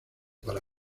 para